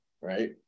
right